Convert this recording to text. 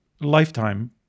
lifetime